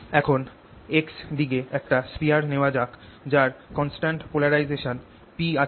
এখন x দিকে একটা স্ফিয়ার নেওয়া যাক যার কনস্ট্যান্ট পোলারাইজেশন P আছে